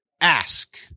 ask